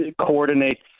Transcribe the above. coordinates